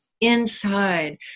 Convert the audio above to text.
inside